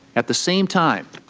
at the same time,